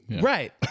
right